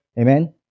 Amen